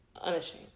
Unashamed